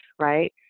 Right